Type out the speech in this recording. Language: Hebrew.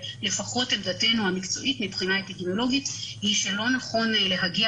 לפחות עמדתנו המקצועית מבחינה אפידמיולוגית היא שלא נכון להגיע